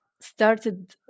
Started